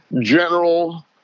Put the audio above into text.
general